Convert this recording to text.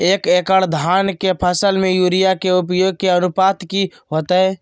एक एकड़ धान के फसल में यूरिया के उपयोग के अनुपात की होतय?